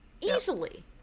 Easily